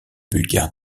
bulgare